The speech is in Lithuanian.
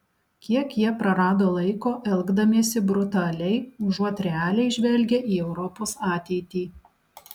kiek jie prarado laiko elgdamiesi brutaliai užuot realiai žvelgę į europos ateitį